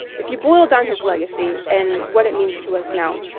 if you boil down his legacy and what it means to us now,